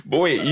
Boy